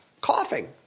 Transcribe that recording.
coughing